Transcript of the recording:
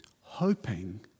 hoping